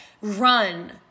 Run